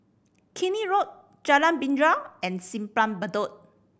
Keene Road Jalan Binja and Simpang Bedok